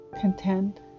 content